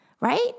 right